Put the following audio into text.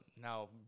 Now